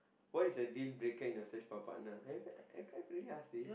what is a deal breaker in your search for partner have I have I really ask this